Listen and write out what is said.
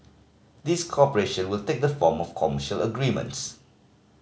this cooperation will take the form of commercial agreements